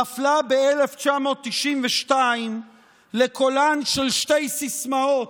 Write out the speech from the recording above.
נפלה ב-1992 לקולן של שתי סיסמאות,